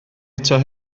eto